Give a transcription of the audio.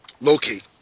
locate